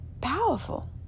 powerful